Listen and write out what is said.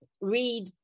read